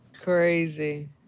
Crazy